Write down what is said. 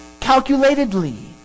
Calculatedly